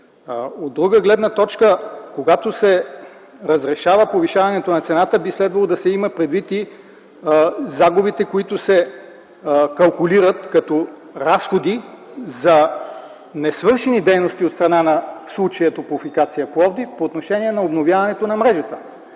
От друга гледна точка, когато се разрешава повишаването на цената, би следвало да се имат предвид и загубите, които се калкулират като разходи за несвършени дейности в случая от страна на „Топлофикация” – Пловдив, по отношение на обновяването на мрежата.